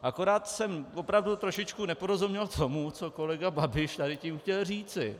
Akorát jsem opravdu trošičku neporozuměl tomu, co kolega Babiš tady tím chtěl říci.